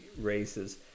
races